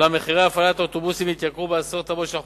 אולם מחירי הפעלת האוטובוסים התייקרו בעשרות רבות של אחוזים.